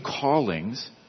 callings